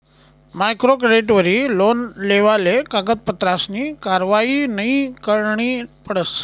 micro क्रेडिटवरी loan लेवाले कागदपत्रसनी कारवायी नयी करणी पडस